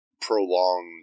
prolonged